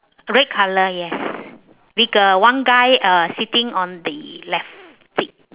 red colour yes with a one guy uh seating on the left seat